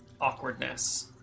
awkwardness